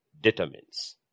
determines